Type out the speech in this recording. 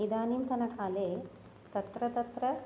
इदानींतनकाले तत्र तत्र